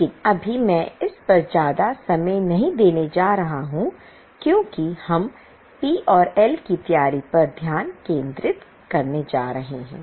लेकिन अभी मैं इस पर ज्यादा समय नहीं देने जा रहा हूं क्योंकि हम पी और एल की तैयारी पर ध्यान केंद्रित करने जा रहे हैं